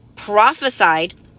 Prophesied